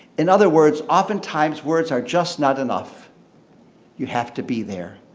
in other words, oftentimes words are just not enough you have to be there.